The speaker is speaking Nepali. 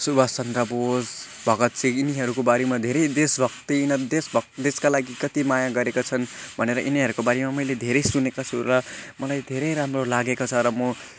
सुभाष चन्द्र बोस भगत सिंह यिनीहरूको बारेमा धेरै देशभक्ति यिनीहरू देशभक देशका लागि कत्ति माया गरेका छन् भनेर यिनीहरूको बारेमा मैले धेरै सुनेको छु र मलाई धेरै राम्रो लागेको छ र म